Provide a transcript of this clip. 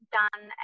done